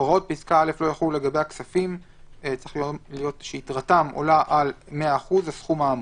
הוראות פסקה (א) לא יחולו לגבי הכספים שיתרתם עולה על 100% הסכום האמור,